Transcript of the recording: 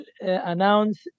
announce